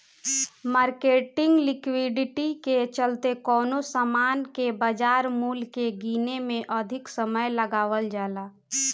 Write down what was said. marketing liquidity के चलते कवनो सामान के बाजार मूल्य के गीने में अधिक समय लगावल जाला